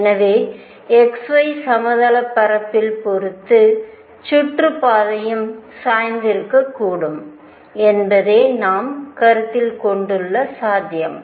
எனவே xy சமதளப் பரப்பில் பொறுத்து சுற்றுப்பாதையும் சாய்ந்திருக்கக்கூடும் என்பதே நாம் கருத்தில் கொண்டுள்ள சாத்தியம்